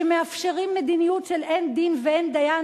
שמאפשרת מדיניות של אין דין ואין דיין,